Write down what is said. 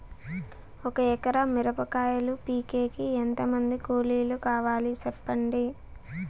ఒక ఎకరా మిరప కాయలు పీకేకి ఎంత మంది కూలీలు కావాలి? సెప్పండి?